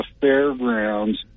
fairgrounds